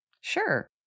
Sure